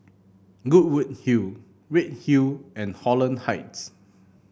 Goodwood Hill Redhill and Holland Heights